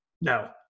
No